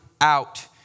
out